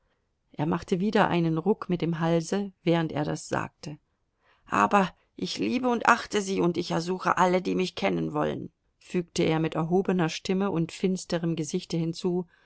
er machte wieder einen ruck mit dem halse während er das sagte aber ich liebe und achte sie und ich ersuche alle die mich kennen wollen fügte er mit erhobener stimme und finsterem gesichte hinzu